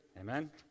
Amen